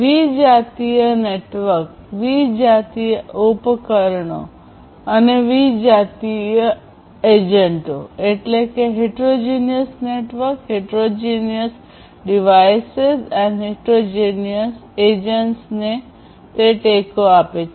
વિજાતીય નેટવર્ક વિજાતીય ઉપકરણો અને વિજાતીય એજન્ટો ને તે ટેકો આપે છે